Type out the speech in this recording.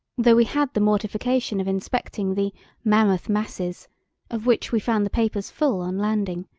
though we had the mortification of inspecting the mammoth masses of which we found the papers full on landing,